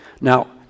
Now